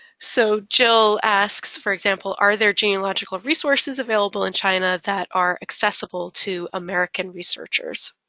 so jill asks, for example, are there genealogical resources available in china that are accessible to american researchers?